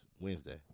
Wednesday